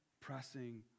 pressing